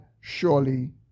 surely